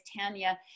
Tanya